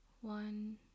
one